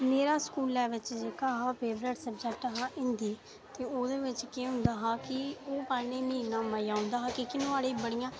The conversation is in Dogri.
मेरा स्कूलै बिच जेह्का हा ओह् फेवरेट सब्जैक्ट हा हिंदी ते ओह्दे बिच केह् होंदा हा कि ओह् पढ़ने च मिगी बड़ा मजा औंदा हा की कि नुहाड़े च बड़ियां